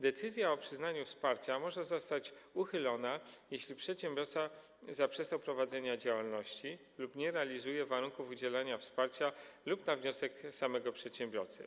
Decyzja o przyznaniu wsparcia może zostać uchylona, jeśli przedsiębiorca zaprzestał prowadzenia działalności lub nie spełnia warunków udzielenia wsparcia, albo na wniosek samego przedsiębiorcy.